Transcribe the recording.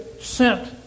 sent